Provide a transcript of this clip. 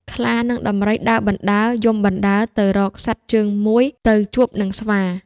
ខ្លា និងដំរីដើរបណ្ដើរយំបណ្ដើរទៅរកសត្វជើងមួយទៅជួបនឹងស្វា